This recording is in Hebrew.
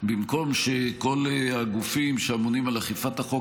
במקום שכל הגופים שאמונים על אכיפת החוק